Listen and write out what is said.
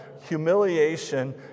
humiliation